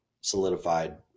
solidified